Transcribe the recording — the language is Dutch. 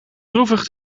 droevig